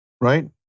right